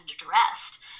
addressed